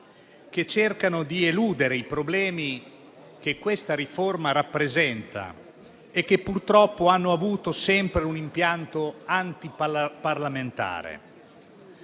cercando di eludere i problemi che questa riforma rappresenta e che, purtroppo, hanno avuto sempre un impianto antiparlamentare.